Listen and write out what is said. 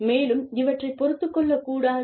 மேலும் இவற்றைப் பொறுத்துக்கொள்ளக்கூடாது